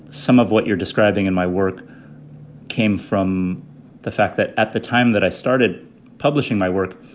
some of what you're describing in my work came from the fact that at the time that i started publishing my work,